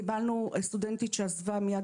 קיבלנו סטודנטית שעזבה מיד,